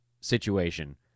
situation